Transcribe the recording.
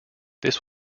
this